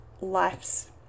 life's